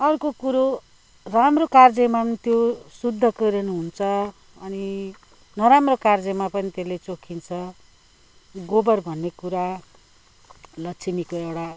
अर्को कुरो राम्रो कार्येमा पनि त्यो शुद्धको ऋण हुन्छ अनि नराम्रो कार्येमा पनि त्यसले चोखिन्छ गोबर भन्ने कुरा लक्ष्मीको एउटा